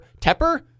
tepper